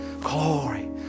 glory